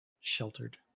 sheltered